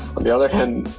on the other hand,